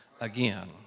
again